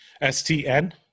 S-T-N